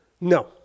No